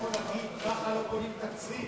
יכול להגיד: ככה לא בונים תקציב.